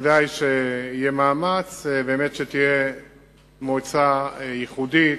ודאי שיהיה מאמץ שתהיה באמת מועצה ייחודית.